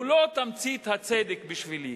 הוא לא תמצית הצדק בשבילי,